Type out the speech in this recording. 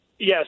Yes